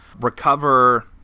recover